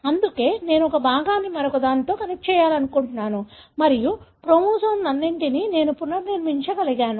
అందుకే నేను ఒక భాగాన్ని మరొకదానితో కనెక్ట్ చేయగలుగుతున్నాను మరియు క్రోమోజోమ్లన్నింటినీ నేను పునర్నిర్మించగలను